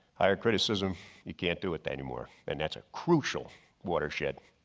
higher criticism you can't do it anymore and that's a crucial watershed.